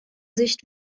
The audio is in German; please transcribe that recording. sicht